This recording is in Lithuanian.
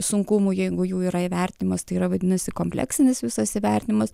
sunkumų jeigu jų yra įvertinimas tai yra vadinasi kompleksinis visas įvertinimas